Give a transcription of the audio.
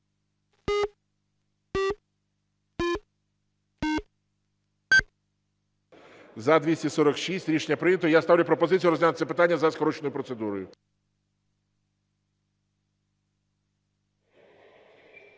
За-246 Рішення прийнято. Я ставлю пропозицію розглянути це питання за скороченою процедурою.